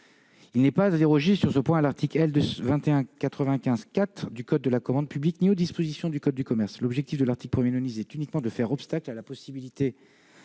il ne déroge ni à l'article L. 2195-4 du code de la commande publique ni aux dispositions du code de commerce. L'objectif de l'article 1 est uniquement de faire obstacle à la possibilité